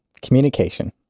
Communication